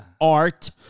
Art